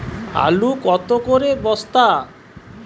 আলু কত করে বস্তা?